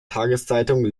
tageszeitung